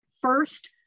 first